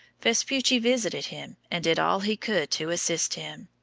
vespucci visited him and did all he could to assist him.